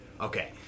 Okay